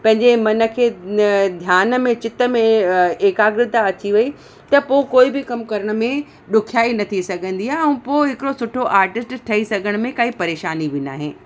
पंहिंजे मन खे ध्यान में चित में एकाग्रता अची वई त पोइ कोई बि कम करन में ॾुखियाई न थी सघंदी आहे ऐं पोइ हिकिड़ो सुठो आर्टिस्ट ठही सघण में काई परेशानी बि नाहे